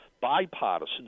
bipartisan